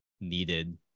needed